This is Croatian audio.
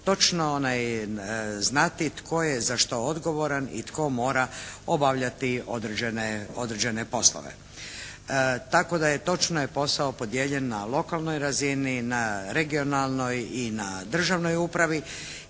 točno znati tko je za što odgovoran i tko mora obavljati određene poslove, tako da je točno posao podijeljen na lokalnoj razini, na regionalnoj i na državnoj upravi.